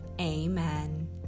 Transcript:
Amen